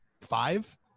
five